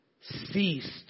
ceased